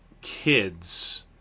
kids